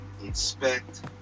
inspect